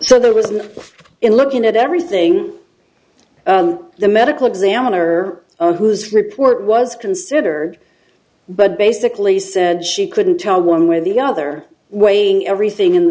so there was an in looking at everything the medical examiner own who's report was considered but basically said she couldn't tell one way or the other waiting everything in